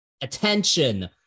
attention